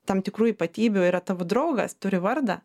tam tikrų ypatybių yra tavo draugas turi vardą